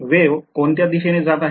wave कोणत्या दिशेने जात आहे